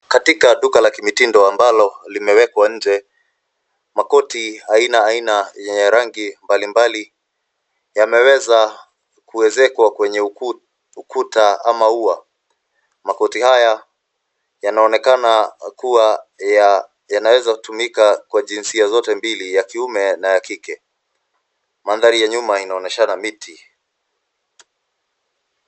Katika duka la kimitindo ambalo kimewekwa nje, makoti aina aina yenye rangi mbalimbali yameweza kuezekwa kwenye ukuta ama ua. Makoti haya yanaonekana kuwa yanaweza kutumika kwa jinsia zote mbili, ya kike na ya kiume. Mandhari ya nyuma yanaonyesha miti.